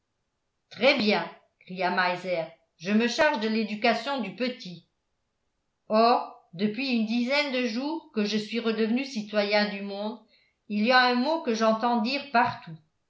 très bien cria meiser je me charge de l'éducation du petit or depuis une dizaine de jours que je suis redevenu citoyen du monde il y a un mot que j'entends dire partout